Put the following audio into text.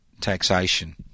taxation